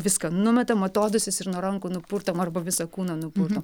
viską numetam atodūsis ir nuo rankų nupurtom arba visą kūną nupurtom